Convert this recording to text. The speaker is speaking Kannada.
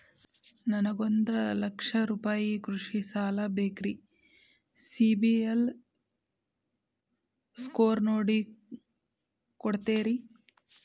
ನನಗೊಂದ ಲಕ್ಷ ರೂಪಾಯಿ ಕೃಷಿ ಸಾಲ ಬೇಕ್ರಿ ಸಿಬಿಲ್ ಸ್ಕೋರ್ ನೋಡಿ ಕೊಡ್ತೇರಿ?